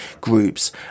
groups